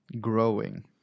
growing